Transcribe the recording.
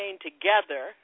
together